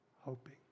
hoping